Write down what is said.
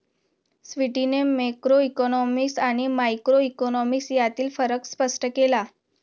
स्वीटीने मॅक्रोइकॉनॉमिक्स आणि मायक्रोइकॉनॉमिक्स यांतील फरक स्पष्ट केला